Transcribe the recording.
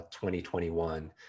2021